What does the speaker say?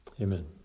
Amen